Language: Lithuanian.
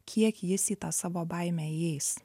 kiek jis į tą savo baimę įeis